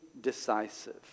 decisive